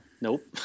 Nope